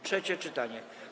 Trzecie czytanie.